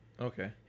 Okay